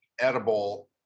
edible